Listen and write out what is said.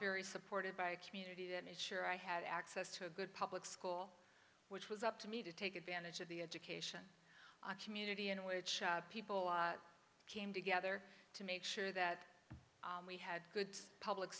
very supported by a community that is sure i had access to a good public school which was up to me to take advantage of the education community in which people came together to make sure that we had good public